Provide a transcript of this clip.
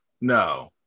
No